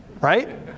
right